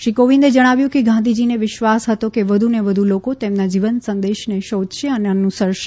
શ્રી કોવિંદે જણાવ્યું કે ગાંધીજીને વિશ્વાસ હતોકે વધુને વધુ લોકો તેમના જીવન સંદેશને અનુસરશે